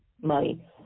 money